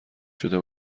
شده